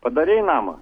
padarei namą